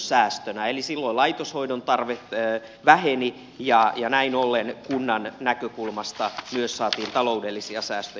eli silloin laitoshoidon tarve väheni ja näin ollen kunnan näkökulmasta myös saatiin taloudellisia säästöjä